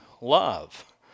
love